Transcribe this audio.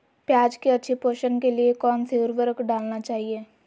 प्याज की अच्छी पोषण के लिए कौन सी उर्वरक डालना चाइए?